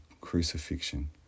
crucifixion